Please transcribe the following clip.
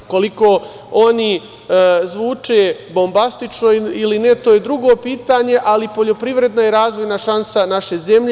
Koliko oni zvuče bombastično ili ne, to je drugo pitanje, ali poljoprivreda je razvojna šansa naše zemlje.